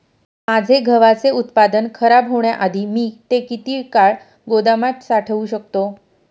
माझे गव्हाचे उत्पादन खराब होण्याआधी मी ते किती काळ गोदामात साठवू शकतो?